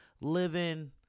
living